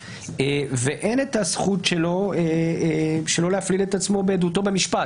ואין את הזכות שלו שלא להפליל את עצמו בעדותו במשפט.